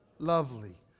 lovely